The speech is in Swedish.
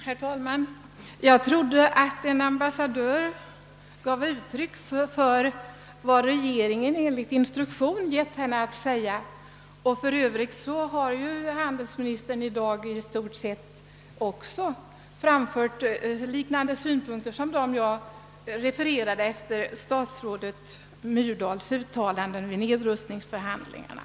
Herr talman! Jag trodde att en ambassadör icke talade som privatperson utan gav uttryck för vad hon enligt regeringens instruktion fått i uppdrag att säga. För övrigt har handelsministern i dag i stort sett framfört synpunkter liknande dem som jag refererade när det gäller statsrådet Myrdals uttalanden vid nedrustningsförhandlingarna.